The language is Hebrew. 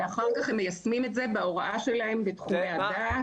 ואחר כך הם מיישמים את זה בהוראה שלהם בתחומי הדעת.